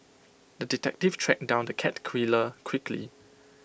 the detective tracked down the cat killer quickly